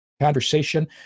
conversation